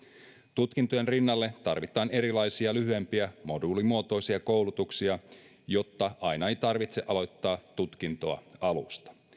tutkintojen rinnalle tarvitaan erilaisia lyhyempiä moduulimuotoisia koulutuksia jotta aina ei tarvitse aloittaa tutkintoa alusta